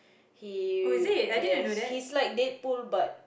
he yes he's like Deadpool but